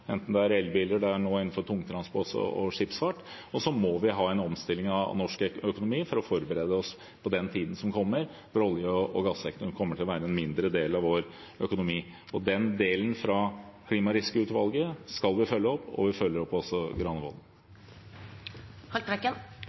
enten det er elbiler, tungtransport eller skipsfart. Så må vi ha en omstilling av norsk økonomi for å forberede oss på den tiden som kommer, når olje- og gassektoren kommer til å være en mindre del av vår økonomi. Den delen av klimarisikoutvalgets rapport skal vi følge opp, og vi følger også opp Granavolden-plattformen. Jeg håper virkelig at klima og klimarisiko er et ansvar som også